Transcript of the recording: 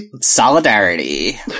solidarity